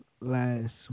Last